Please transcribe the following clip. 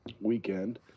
weekend